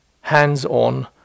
hands-on